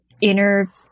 inner